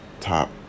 top